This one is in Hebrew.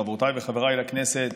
חברותיי וחבריי לכנסת,